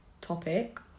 topic